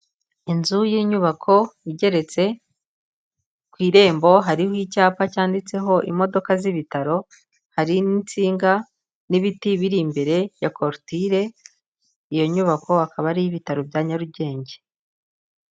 Inzu y'inyubako igeretse, ku irembo hariho icyapa cyanditseho imodoka z'ibitaro, hari n'insinga n'ibiti biri imbere ya korutire, iyo nyubako akaba ari iy'ibitaro bya Nyarugenge.